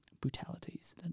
brutalities